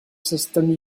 systems